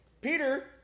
Peter